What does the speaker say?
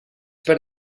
per